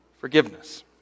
Forgiveness